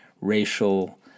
racial